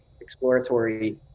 exploratory